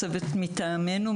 צוות מטעמנו,